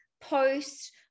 post